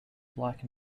black